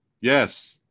Yes